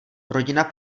rodina